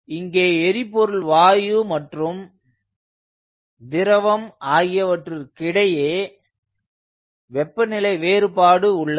இங்கே எரிபொருள் வாயு மற்றும் திரவம் ஆகியவற்றுக்கிடையே வெப்பநிலை வேறுபாடு உள்ளது